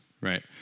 right